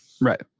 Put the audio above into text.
Right